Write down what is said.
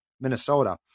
Minnesota